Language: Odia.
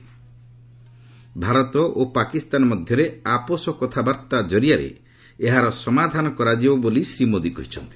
ଭାରତ ଓ ପାକିସ୍ତାନ ମଧ୍ୟରେ ଆପୋଷ କଥାବାର୍ତ୍ତା କରିଆରେ ଏହାର ସମାଧାନ କରାଯିବ ବୋଲି ଶ୍ରୀ ମୋଦି କହିଛନ୍ତି